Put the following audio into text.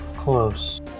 Close